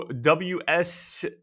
WS